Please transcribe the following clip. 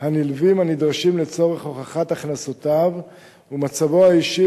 הנלווים הנדרשים לצורך הוכחת הכנסותיו ומצבו האישי,